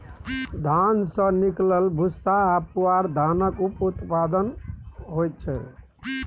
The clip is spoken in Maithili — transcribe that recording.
धान सँ निकलल भूस्सा आ पुआर धानक उप उत्पाद होइ छै